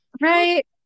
Right